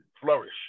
flourish